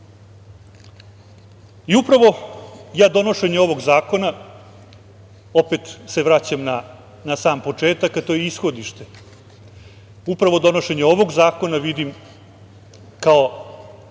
trenutku. Upravo je donošenje ovog zakona, opet se vraćam na sam početak a to je ishodište, upravo donošenje ovog zakona vidim kao